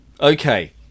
okay